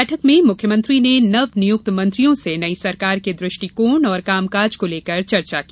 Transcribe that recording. बैठक में मुख्यमंत्री ने नवनियुक्त मंत्रियों से नई सरकार के दृष्टिकोण और कामकाज को लेकर चर्चा की